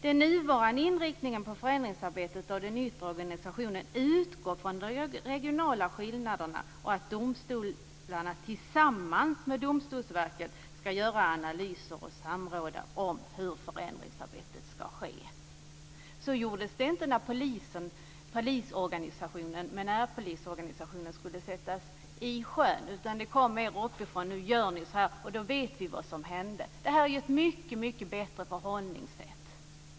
Den nuvarande inriktningen på förändringsarbetet och den yttre organisationen utgår från regionala skillnader och från att domstolarna tillsammans med Domstolsverket ska göra analyser och samråda om hur förändringsarbetet ska ske. Så gjordes det inte när närpolisorganisationen skulle sättas i sjön. Det kom mer uppifrån. Man sade: Nu gör ni så här! Vi vet vad som hände. Det här är ett mycket bättre förhållningssätt.